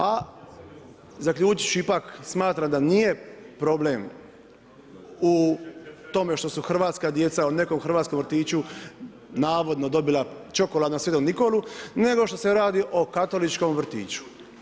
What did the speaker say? A zaključiti ću ipak, smatram da nije problem u tome što su hrvatska djeca u nekom hrvatskom vrtiću navodno dobila čokoladnog Sv. Nikolu nego što se radi o katoličkom vrtiću.